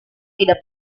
tidak